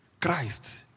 Christ